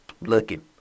looking